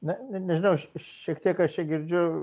ne nežinau šiek tiek aš čia girdžiu